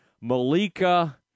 Malika –